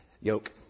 yoke